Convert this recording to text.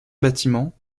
bâtiments